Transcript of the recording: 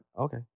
okay